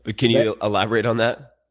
ah can you elaborate on that?